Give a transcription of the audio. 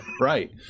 right